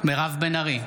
מירב בן ארי,